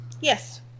Yes